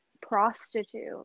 prostitute